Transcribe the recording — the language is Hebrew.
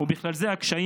על קשיי